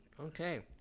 Okay